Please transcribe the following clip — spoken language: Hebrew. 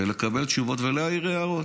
ולקבל תשובות ולהעיר הערות.